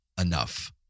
enough